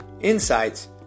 insights